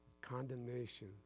Condemnation